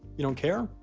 you don't care?